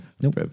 nope